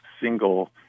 single